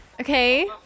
Okay